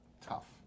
tough